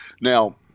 Now